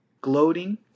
Gloating